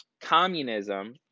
communism